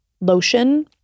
lotion